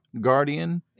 Guardian